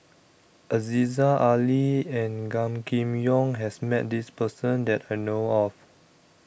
Aziza Ali and Gan Kim Yong has Met This Person that I know of